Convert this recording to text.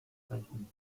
sprechen